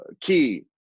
key